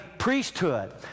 Priesthood